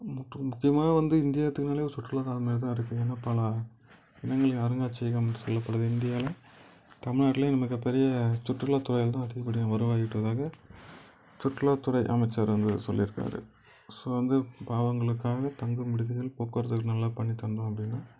மற்றும் முக்கியமாக வந்து இந்தியா துறைனாலே ஒரு சுற்றுலா தலம் மாதிரிதான் இருக்குது ஏன்னா பல இடங்களில் அருங்காட்சியகம் செயல்படுது இந்தியாவில் தமிழ்நாட்லே மிகப்பெரிய சுற்றுலா துறைகள் தான் அதிகப்படியான வருவாயை ஈட்டுவதாக சுற்றுலாத்துறை அமைச்சர் வந்து சொல்லிருக்கார் ஸோ வந்து இப்போ அவங்களுக்காக வந்து தங்கும் விடுதிகள் போக்குவரத்துகள் நல்லா பண்ணி தந்தோம் அப்படின்னா